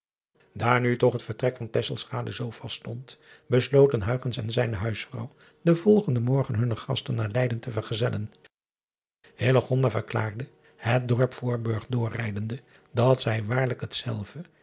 aar nu toch het vertrek van zoo vast stond besloten en zijne huisvrouw den volgenden morgen hunne gasten naar eyden te vergezellen verklaarde het dorp oorburg doorrijdende dat zij waarlijk hetzelve